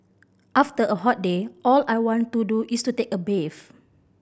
after a hot day all I want to do is to take a bath